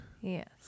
Yes